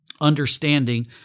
understanding